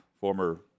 former